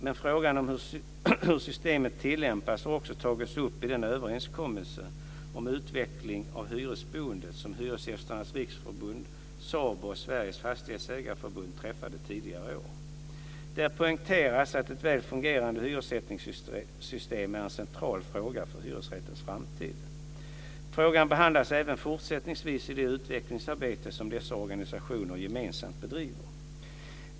Men frågan om hur systemet tillämpas har också tagits upp i den överenskommelse om utveckling av hyresboendet som Hyresgästernas Riksförbund, SABO och Sveriges Fastighetsägareförbund träffade tidigare i år. Där poängteras att ett väl fungerande hyressättningssystem är en central fråga för hyresrättens framtid. Frågan behandlas även fortsättningsvis i det utvecklingsarbete som dessa organisationer gemensamt bedriver.